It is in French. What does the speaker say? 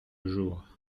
jour